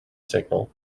signal